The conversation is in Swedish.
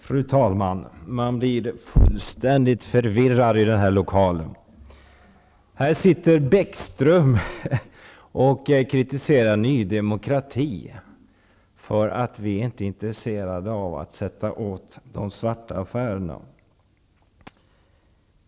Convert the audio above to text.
Fru talman! Man blir fullständigt förvirrad i den här lokalen. Här står Bäckström och kritiserar Ny demokrati för att vi inte är intresserade av att sätta åt dem som gör svarta affärer.